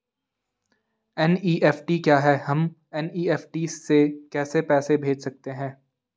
NEFT क्या है हम एन.ई.एफ.टी से कैसे पैसे भेज सकते हैं?